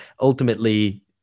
ultimately